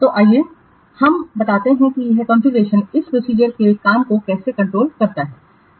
तो आइए हम बताते हैं कि यह कॉन्फ़िगरेशन इस प्रोसीजरके काम को कैसे कंट्रोल करता है